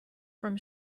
from